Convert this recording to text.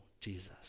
jesus